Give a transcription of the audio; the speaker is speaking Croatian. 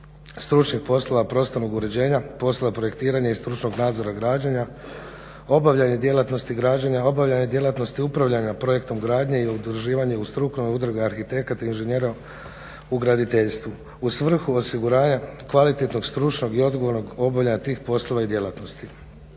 stručnih poslova prostornog uređenja, poslova projektiranja i stručnog nadzora građenja, obavljanje djelatnosti građenja, obavljanje djelatnosti upravljanja projektom gradnje i udruživanje u strukovne udruge arhitekata i inženjera u graditeljstvu u svrhu osiguranja kvalitetnog, stručnog i odgovornog obavljanja tih poslova i djelatnosti.